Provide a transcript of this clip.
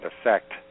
effect